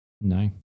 No